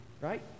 right